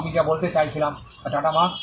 আমি যা বলতে চাইছিলাম তা টাটা মার্ক